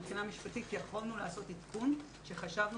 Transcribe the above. מבחינה משפטית יכולנו לעשות עדכון שחשבנו